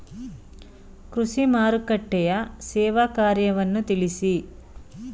ಕೃಷಿ ಮಾರುಕಟ್ಟೆಯ ಸೇವಾ ಕಾರ್ಯವನ್ನು ತಿಳಿಸಿ?